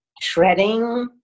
shredding